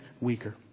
weaker